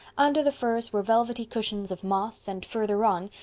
under the firs were velvety cushions of moss, and further on,